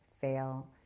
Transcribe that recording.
fail